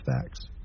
facts